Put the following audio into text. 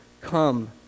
come